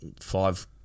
five